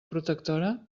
protectora